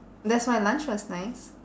that's why lunch was nice